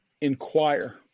inquire